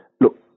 look